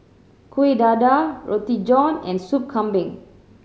Kuih Dadar Roti John and Soup Kambing